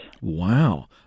Wow